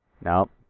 Nope